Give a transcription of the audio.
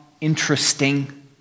Interesting